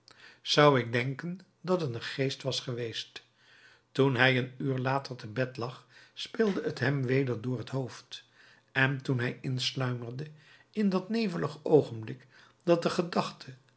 zou ik denken dat het een geest was geweest toen hij een uur later te bed lag speelde t hem weder door t hoofd en toen hij insluimerde in dat nevelig oogenblik dat de gedachte